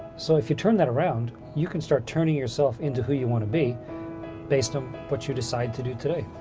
so if you turn that around, you can start turning yourself into who you want to be based on what but you decide to do today.